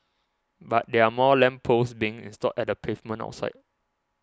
but there are more lamp posts being installed at the pavement outside